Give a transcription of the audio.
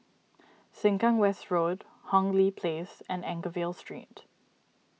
Sengkang West Road Hong Lee Place and Anchorvale Street